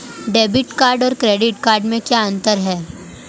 Debit card और credit card में क्या अंतर है?